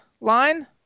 line